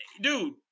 dude